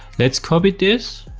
let's copy this.